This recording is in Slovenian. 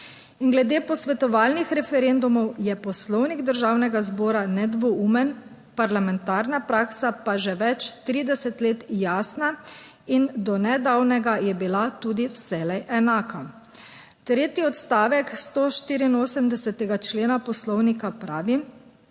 In glede posvetovalnih referendumov je Poslovnik Državnega zbora nedvoumen, parlamentarna praksa pa že več 30 let jasna in do nedavnega je bila tudi vselej enaka. Tretji odstavek 184. člena Poslovnika pravi,